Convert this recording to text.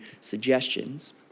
suggestions